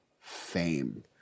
fame